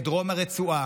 בדרום הרצועה,